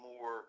more